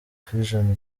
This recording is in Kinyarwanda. fission